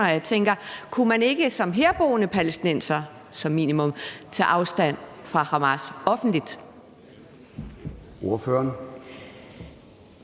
Og så tænker jeg: Kunne man ikke som herboende palæstinenser som minimum tage afstand fra Hamas offentligt?